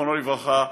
זיכרונו לברכה,